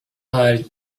are